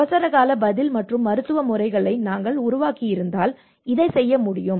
அவசரகால பதில் மற்றும் மருத்துவ முறைகளை நாங்கள் உருவாக்கியிருந்தால் இதைச் செய்ய முடியும்